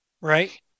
Right